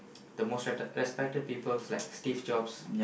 the most respe~ respected people like Steve-Jobs